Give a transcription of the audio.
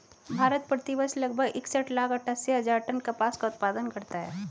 भारत, प्रति वर्ष लगभग इकसठ लाख अट्टठासी हजार टन कपास का उत्पादन करता है